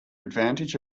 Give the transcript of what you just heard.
advantage